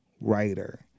writer